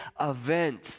event